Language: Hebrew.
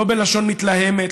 לא בלשון מתלהמת,